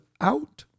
out